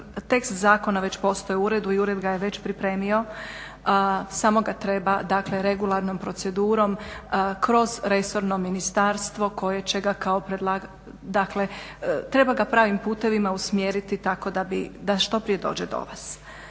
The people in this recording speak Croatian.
tekst zakona već postoji u uredu i ured ga je već pripremio, samo ga treba regularnom procedurom kroz resorno ministarstvo koje će ga, dakle treba ga pravim putevima usmjeriti tako da što prije dođe do vas.